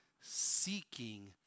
seeking